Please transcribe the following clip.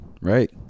Right